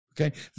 Okay